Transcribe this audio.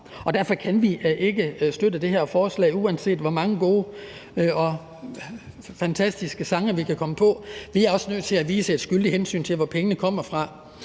derfor kan vi ikke støtte det her forslag, uanset hvor mange gode og fantastiske sange vi kan komme på. Vi er også nødt til at vise et skyldigt hensyn til, hvor pengene kommer fra.